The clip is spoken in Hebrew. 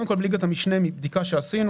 קודם כל בליגת המשנה, מבדיקה שעשינו